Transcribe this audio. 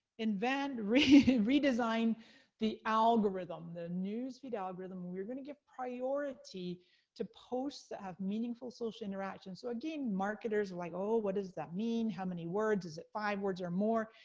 and re-design the algorithm, the newsfeed algorithm, we're gonna give priority to posts that have meaningful social interactions. so again, marketers, like, oh, what does that mean? how many words, is it five words or more?